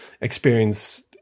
experience